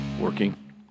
working